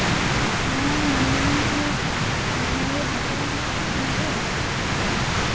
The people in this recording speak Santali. ᱦᱮᱸ ᱢᱮᱱᱫᱟᱞᱤᱧ ᱠᱤ ᱱᱚᱶᱟ ᱫᱚ ᱵᱟᱸᱠᱩᱲᱟ ᱦᱚᱥᱯᱤᱴᱟᱞ ᱠᱟᱱᱟ ᱛᱚ